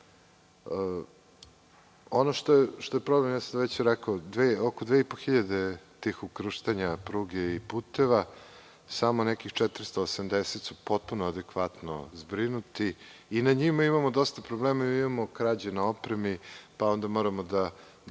Ono što je problem, već sam rekao, jeste da su od 2.500 tih ukrštanja pruge i puteva samo nekih 480 potpuno adekvatno zbrinuti. I na njima imamo dosta problema. Imamo krađe na opremi, pa onda moramo da